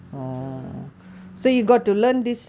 கொஞ்ச சிரமமா இருந்துச்சு:konja siramamaa irundhuchu